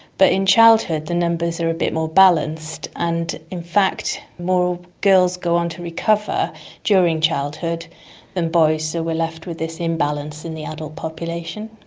in childhood the numbers are a bit more balanced, and in fact more girls go on to recover during childhood than boys, so we're left with this imbalance in the adult population.